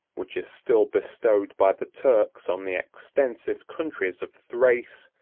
which is still bestowed by the turks on the extensive countries of thrace,